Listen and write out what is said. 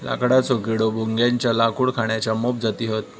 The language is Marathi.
लाकडेचो किडो, भुंग्याच्या लाकूड खाण्याच्या मोप जाती हत